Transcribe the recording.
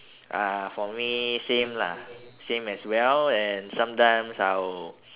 uh for me same lah same as well and sometimes I will